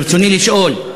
ברצוני לשאול: